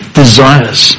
desires